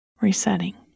resetting